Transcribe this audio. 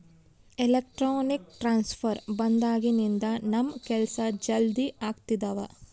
electronic transfer ಬಂದಾಗಿನಿಂದ ನಮ್ ಕೆಲ್ಸ ಜಲ್ದಿ ಆಗ್ತಿದವ